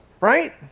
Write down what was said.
right